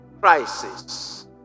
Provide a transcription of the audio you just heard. crisis